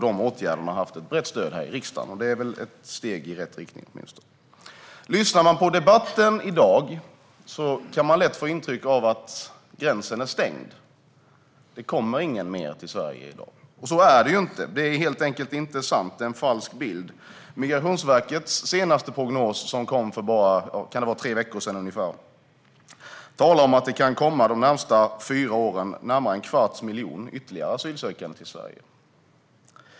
De åtgärderna har haft ett brett stöd i riksdagen. Det är väl ett steg i rätt riktning. Om man lyssnar på debatten i dag kan man lätt få intrycket att gränsen är stängd; det kommer ingen mer till Sverige i dag. Så är det inte. Det är helt enkelt inte sant. Det är en falsk bild. Migrationsverkets senaste prognos som kom för ungefär tre veckor sedan talar om att det de närmaste fyra åren kan komma närmare en kvarts miljon ytterligare asylsökande till Sverige.